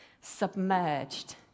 submerged